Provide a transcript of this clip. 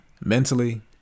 mentally